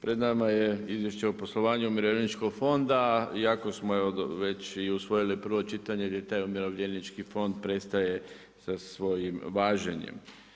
Pred nama je Izvješće o poslovanju Umirovljeničkog fonda i ako smo već i usvojili prvo čitanje jer je taj Umirovljenički fond prestaje sa svojim važenjem.